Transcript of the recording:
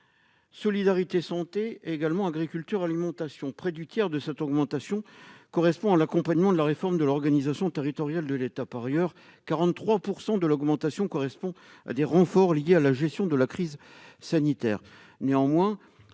Solidarités et santé » et « Agriculture et alimentation ». Près du tiers de cette augmentation correspond à l'accompagnement de la réforme de l'organisation territoriale de l'État. Par ailleurs, 43 % de l'augmentation est liée à des renforts rendus nécessaires par la gestion de la crise sanitaire.